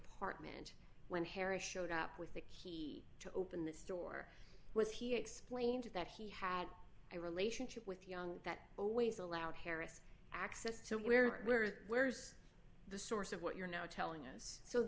apartment when harris showed up with the key to open the store was he explained that he had a relationship with young that always allowed harris access to where they were where's the source of what you're now telling us so